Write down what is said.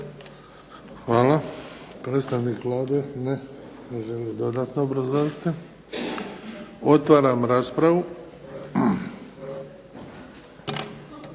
Hvala. Predstavnik Vlade? Ne želi dodatno obrazložiti. Otvaram raspravu.